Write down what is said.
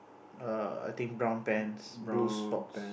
err I think brown pants blue socks